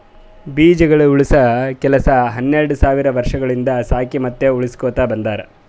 ಬೀಜಗೊಳ್ ಉಳುಸ ಕೆಲಸ ಹನೆರಡ್ ಸಾವಿರ್ ವರ್ಷಗೊಳಿಂದ್ ಸಾಕಿ ಮತ್ತ ಉಳುಸಕೊತ್ ಬಂದಾರ್